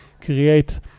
create